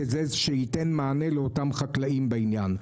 וזה ייתן מענה לאותם חקלאים בעניין.